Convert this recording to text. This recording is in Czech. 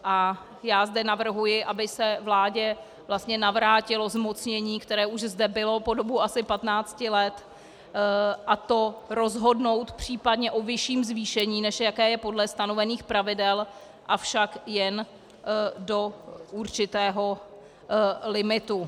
A já zde navrhuji, aby se vládě navrátilo zmocnění, které už zde bylo po dobu asi 15 let, a to rozhodnout případně o vyšším zvýšení, než jaké je podle stanovených pravidel, avšak jen do určitého limitu.